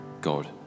God